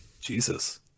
Jesus